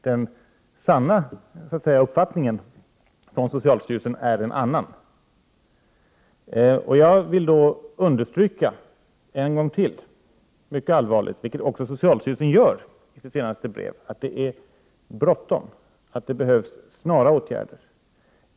Socialstyrelsens verkliga uppfattning är en annan. Jag vill en gång till mycket allvarligt understryka — vilket socialstyrelsen gör i sitt senaste brev — att det är bråttom och att det behövs snara åtgärder.